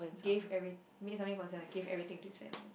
gave every made something for someone and gave everything to his family